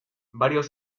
varios